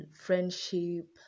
friendship